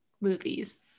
movies